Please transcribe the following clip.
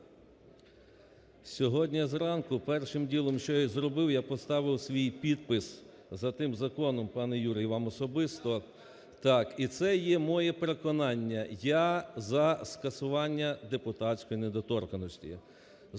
Сьогодні зранку першим ділом, що я зробив, я поставив свій підпис за тим законом, пане Юрій, вам особисто. І це є моє переконання: я за скасування депутатської недоторканності,